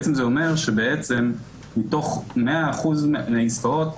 זה אומר שמתוך 100% מהעסקאות,